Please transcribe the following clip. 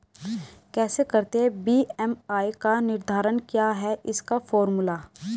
कैसे करते हैं बी.एम.आई का निर्धारण क्या है इसका फॉर्मूला?